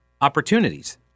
opportunities